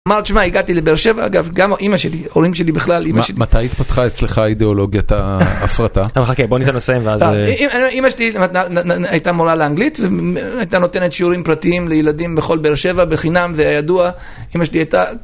אמרת תשמע הגעתי לבאר שבע אגב גם אימא שלי הורים שלי בכלל אימא שלי. - מתי התפתחה אצלך האידיאולוגיית ההפרטה? - חכה בוא ניתן לו לסיים - אימא שלי הייתה מורה לאנגלית והיא הייתה נותנת שיעורים פרטיים לילדים בכל באר שבע בחינם זה היה ידוע אימא שלי הייתה.